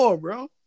bro